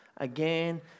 again